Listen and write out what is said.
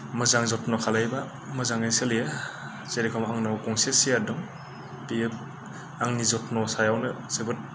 मोजां जत्न' खालायोबा मोजाङै सोलियो जेरखम आंनाव गंसे सियार दं बेयो आंनि जत्न' सायावनो जोबोद